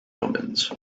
omens